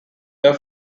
their